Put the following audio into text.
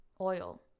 oil